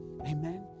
amen